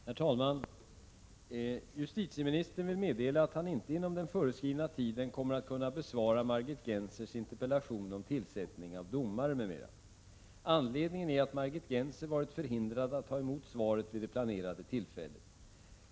Herr talman! Justitieministern vill meddela att han inte inom den föreskrivna tiden kommer att kunna besvara Margit Gennsers interpellation om tillsättningen av domare. Anledningen är att Margit Gennser varit förhindrad att ta emot svaret vid det planerade tillfället.